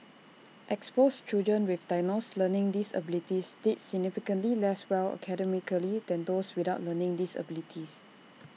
exposed children with diagnosed learning disabilities did significantly less well academically than those without learning disabilities